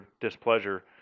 displeasure